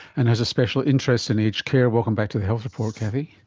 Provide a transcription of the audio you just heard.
and has a special interest in aged care. welcome back to the health report, kathy.